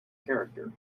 character